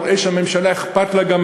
נראה שהממשלה גם אכפת לה.